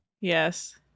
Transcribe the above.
yes